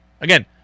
Again